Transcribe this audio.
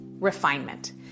Refinement